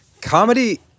comedy